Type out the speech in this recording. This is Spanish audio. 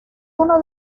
uno